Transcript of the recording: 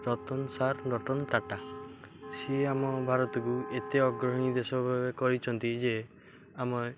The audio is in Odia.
ରତନ ସାର୍ ରତନ ଟାଟା ସିଏ ଆମ ଭାରତକୁ ଏତେ ଅଗ୍ରହଣୀ ଦେଶ ଭାବରେ କରିଛନ୍ତି ଯେ ଆମେ